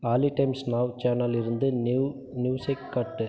ஆலி Times Now channel இருந்து new music கட்டு